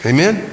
Amen